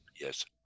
yes